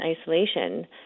isolation